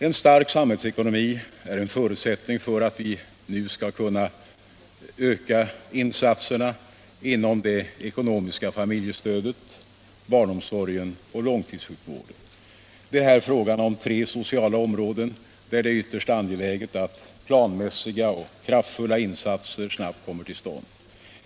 En stark samhällsekonomi är en förutsättning för att vi nu skall kunna öka insatserna inom det ekonomiska familjestödet, barnomsorgen och långtidssjukvården. Det är här fråga om tre sociala områden där det är ytterst angeläget att planmässiga och kraftfulla insatser snabbt kommer till stånd.